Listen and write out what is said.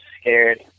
scared